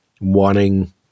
wanting